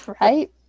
Right